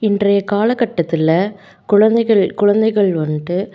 இன்றைய காலகட்டத்தில் குழந்தைகள் குழந்தைகள் வந்துட்டு